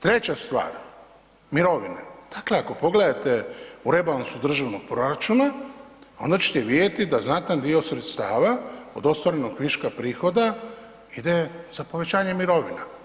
Treća stvar, mirovine, dakle ako pogledate u rebalansu državnog proračuna, ona ćete vidjeti da znatan dio sredstava od ostvarenog viška prihoda ide za povećanje mirovina.